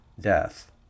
death